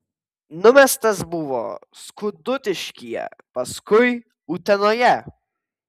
numestas buvo skudutiškyje paskui utenoje